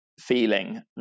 feeling